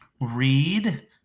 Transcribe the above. read